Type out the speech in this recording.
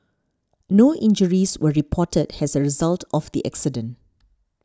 no injuries were reported as a result of the accident